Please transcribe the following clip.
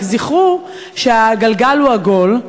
רק זכרו שהגלגל הוא עגול,